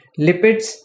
lipids